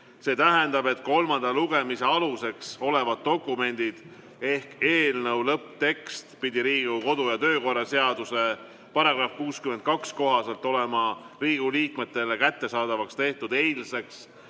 See tähendab, et kolmanda lugemise aluseks olevad dokumendid ehk eelnõu lõpptekst pidi Riigikogu kodu- ja töökorra seaduse § 62 kohaselt olema Riigikogu liikmetele kättesaadavaks tehtud eilseks,